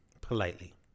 politely